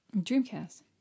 Dreamcast